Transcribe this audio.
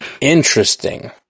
Interesting